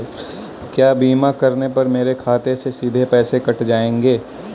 क्या बीमा करने पर मेरे खाते से सीधे पैसे कट जाएंगे?